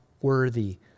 worthy